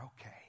okay